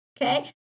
Okay